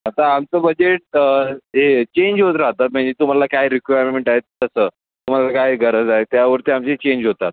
आता आमचं बजेट ते चेंज होत राहतात म्हणजे तुम्हाला काय रिक्वायरमेन्ट आहेत तसं तुम्हाला काय गरज आहे त्यावरती आमचे चेंज होतात